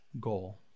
goal